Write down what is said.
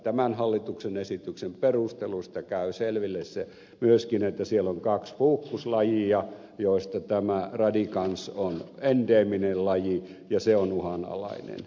tämän hallituksen esityksen perusteluista käy selville se myöskin että siellä on kaksi fucus lajia joista tämä radicans on endeeminen laji ja on uhanalainen